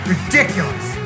Ridiculous